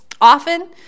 Often